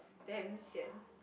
damn sian